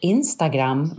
Instagram